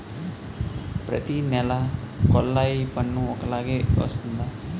ప్రతి నెల కొల్లాయి పన్ను ఒకలాగే వస్తుందా?